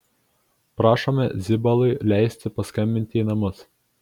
prašoma zibalui leisti paskambinti į namus